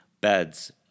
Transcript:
beds